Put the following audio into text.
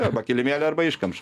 arba kilimėlį arba iškamšą